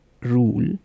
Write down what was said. rule